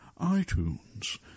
iTunes